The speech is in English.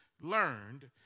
learned